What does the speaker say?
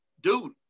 dude